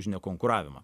už nekonkuravimą